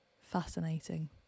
fascinating